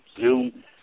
Zoom